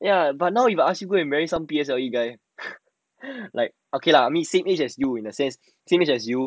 ya but now you go ask some people to marry some P_S_L_E guy like okay lah same age as you in a sense same age as you